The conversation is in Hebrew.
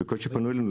כי בקושי פנו אלינו,